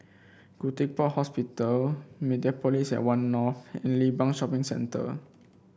Khoo Teck Puat Hospital Mediapolis at One North and Limbang Shopping Centre